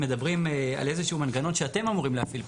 מדברים על איזה שהוא מנגנון שאתם אמורים להפעיל,